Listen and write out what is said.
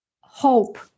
hope